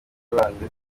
bande